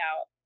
out